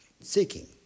seeking